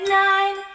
nine